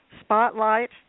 Spotlight